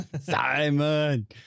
Simon